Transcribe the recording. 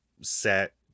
set